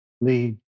lead